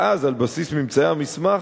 ואז, על בסיס ממצאי המסמך,